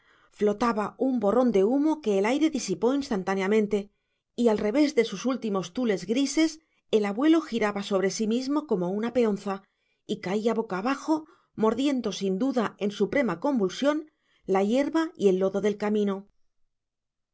flotaba un borrón de humo que el aire disipó instantáneamente y al través de sus últimos tules grises el abuelo giraba sobre sí mismo como una peonza y caía boca abajo mordiendo sin duda en suprema convulsión la hierba y el lodo del camino